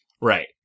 Right